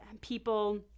people